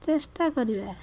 ଚେଷ୍ଟା କରିବା